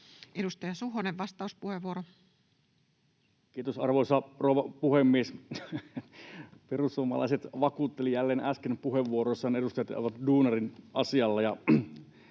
Edustaja Suhonen, vastauspuheenvuoro. Kiitos, arvoisa rouva puhemies! Perussuomalaiset vakuuttelivat jälleen äsken puheenvuoroissaan, että edustajat ovat duunarin asialla.